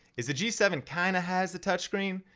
is g seven kinda has the touchscreen,